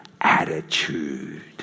attitude